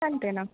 सांगते ना